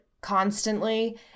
constantly